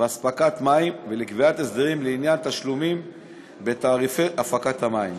ואספקת מים ולקביעת הסדרים לעניין תשלומים בתעריפי הפקת המים.